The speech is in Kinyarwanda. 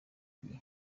gihe